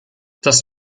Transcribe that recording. das